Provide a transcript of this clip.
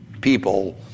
people